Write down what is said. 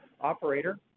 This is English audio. operator